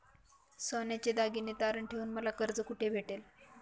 सोन्याचे दागिने तारण ठेवून मला कर्ज कुठे भेटेल?